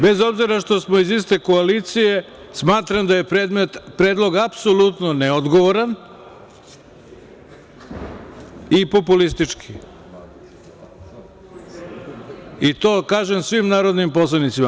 Bez obzira što smo iz iste koalicije, smatram da je predlog apsolutno neodgovoran i populistički, i to kažem svim narodnim poslanicima.